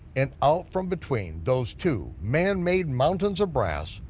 and out from between those two manmade mountains of brass,